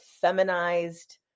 feminized